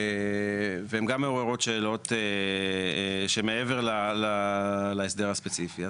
והן גם מעוררות שאלות שמעבר להסדר הספציפי.